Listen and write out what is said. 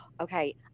Okay